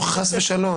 יש לו שני ילדים קטינים,